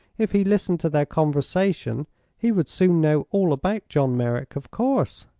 if he listened to their conversation he would soon know all about john merrick, of course.